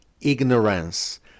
ignorance